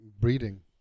breeding